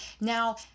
Now